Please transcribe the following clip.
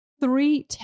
three